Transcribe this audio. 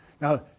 Now